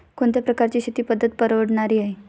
कोणत्या प्रकारची शेती पद्धत परवडणारी आहे?